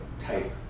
type